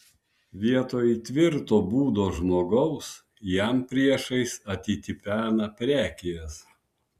vietoj tvirto būdo žmogaus jam priešais atitipena prekijas